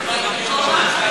--- תשמרי קשר עין.